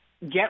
get